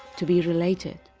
to be related.